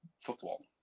football